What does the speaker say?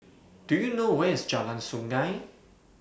Do YOU know Where IS Jalan Sungei